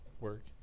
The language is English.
work